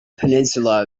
peninsula